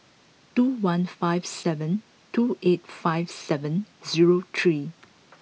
two one five seven two eight five seven zero three